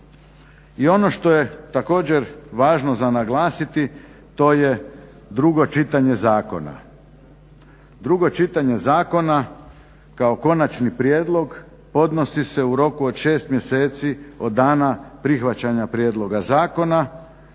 I ono što je također važno za naglasiti, to je drugo čitanje zakona. Drugo čitanje zakona kao konačni prijedlog podnosi se u roku od 6 mjeseci od dana prihvaćanja prijedloga zakona,